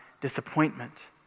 disappointment